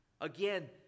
Again